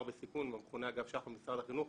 בסיכון המכונה אגף שח"ר במשרד החינוך,